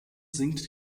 sinkt